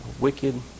Wicked